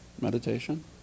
meditation